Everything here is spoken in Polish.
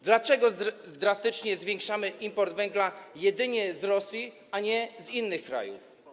Dlaczego drastycznie zwiększamy import węgla jedynie z Rosji, a nie z innych krajów?